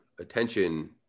attention